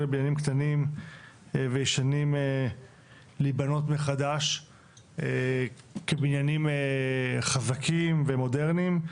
לבניינים קטנים וישנים להיבנות מחדש כבניינים חזקים ומודרניים.